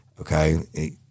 Okay